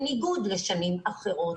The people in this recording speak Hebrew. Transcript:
בניגוד לשנים אחרות,